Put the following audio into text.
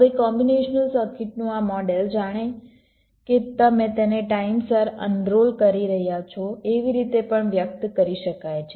હવે કોમ્બીનેશનલ સર્કિટનું આ મોડેલ જાણે કે તમે તેને ટાઈમસર અનરોલ કરી રહ્યા છો એવી રીતે પણ વ્યક્ત કરી શકાય છે